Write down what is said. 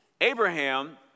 Abraham